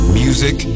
music